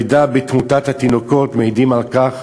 הירידה בתמותת תינוקות מעידים על כך.